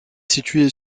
situé